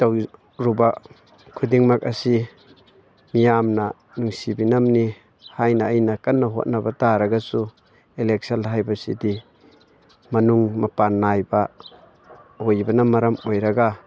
ꯇꯧꯔꯨꯕ ꯈꯨꯗꯤꯡꯃꯛ ꯑꯁꯤ ꯃꯤꯌꯥꯝꯅ ꯅꯨꯡꯁꯤꯕꯤꯅꯕꯅꯤ ꯍꯥꯏꯅ ꯑꯩꯅ ꯀꯟꯅ ꯍꯣꯠꯅꯕ ꯇꯥꯔꯒꯁꯨ ꯏꯂꯦꯛꯁꯟ ꯍꯥꯏꯕꯁꯤꯗꯤ ꯃꯅꯨꯡ ꯃꯄꯥꯟ ꯅꯥꯏꯕ ꯑꯣꯏꯕꯅ ꯃꯔꯝ ꯑꯣꯏꯔꯒ